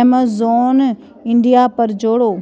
Amazon India पर जोड़ो